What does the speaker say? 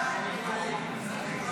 ההצעה להעביר את הצעת